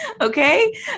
Okay